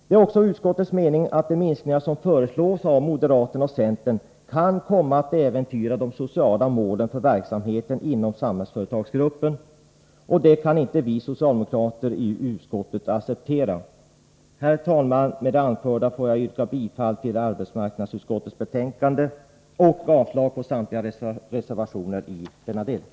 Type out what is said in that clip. Det är utskottets mening att de minskningar som föreslås av moderaterna och centern kan komma att äventyra de sociala målen för verksamheten inom Samhällsföretagsgruppen, och det kan inte vi socialdemokrater i utskottet acceptera. Herr talman! Med det anförda yrkar jag bifall till arbetsmarknadsutskottets hemställan i betänkande 19 och avslag på samtliga reservationer i denna del.